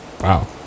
Wow